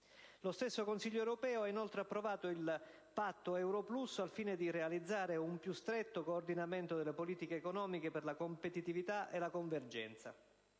Lo stesso Consiglio europeo ha inoltre approvato il Patto euro plus, al fine di realizzare un più stretto coordinamento delle politiche economiche per la competitività e la convergenza.